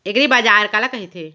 एगरीबाजार काला कहिथे?